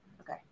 Okay